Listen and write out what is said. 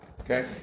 Okay